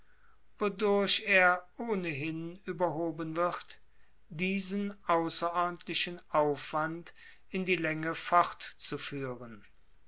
wodurch er ohnehin überhoben wird diesen außerordentlichen aufwand in die länge fortzuführen